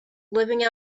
living